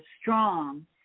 strong